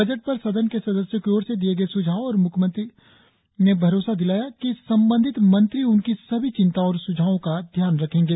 budget पर सदन के सदस्यों की ओर से दिए गए स्झावों पर म्ख्यमंत्री ने उन्हें भरोसा दिलाया कि संबंधित मंत्री उनकी सभी चिंताओं और सुझावों का ध्यान रखेंगे